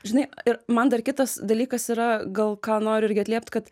žinai ir man dar kitas dalykas yra gal ką noriu irgi atliept kad